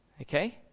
okay